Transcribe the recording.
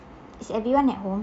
is everyone at home